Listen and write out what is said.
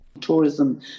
Tourism